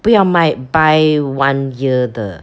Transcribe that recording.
不要买 buy one year 的